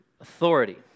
authority